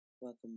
Welcome